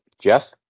Jeff